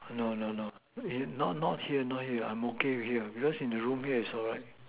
no no no he not not here not here I'm okay here because in the room here is alright